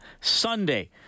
Sunday